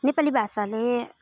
नेपाली भाषाले